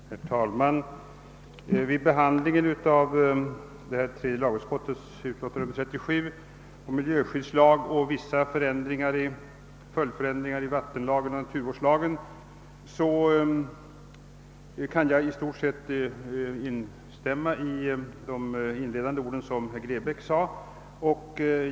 Herr talman! Vid behandlingen av tredje lagutskottets utlåtande nr 37 om miljöskyddslag och vissa följdändringar i vattenlagen och naturvårdslagen kan jag i stort sett instämma i de inledande orden av herr Grebäck.